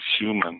human